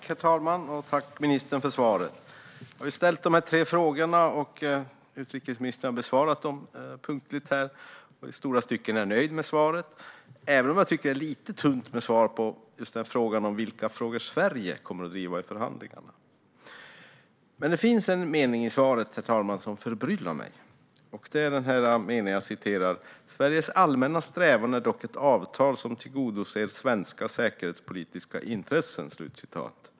Herr talman! Tack, ministern, för svaret! Jag har ställt tre frågor, och utrikesministern har besvarat dem punktligt. I stora stycken är jag nöjd med interpellationssvaret, även om jag tycker att det är lite tunt när det gäller frågan om vilka frågor Sverige kommer att driva i förhandlingarna. Det finns dock en mening i svaret, herr talman, som förbryllar mig: "Sveriges allmänna strävan är dock ett avtal som tillgodoser svenska säkerhetspolitiska intressen."